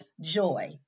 joy